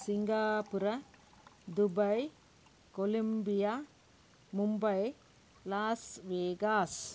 Singapore Dubai Columbia Mumbai los vegas